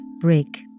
break